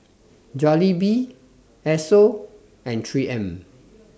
Jollibee Esso and three M